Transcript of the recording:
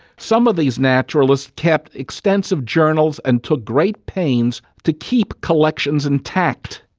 some of these naturalists kept extensive journals and took great pains to keep collections intact.